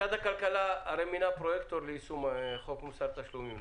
משרד הכלכלה הרי מינה פרויקטור ליישום חוק מוסר התשלומים,